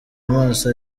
amaso